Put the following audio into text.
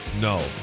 No